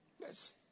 Yes